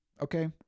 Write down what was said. Okay